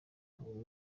ubu